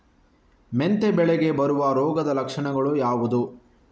ಮೆಂತೆ ಬೆಳೆಗೆ ಬರುವ ರೋಗದ ಲಕ್ಷಣಗಳು ಯಾವುದು?